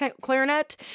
clarinet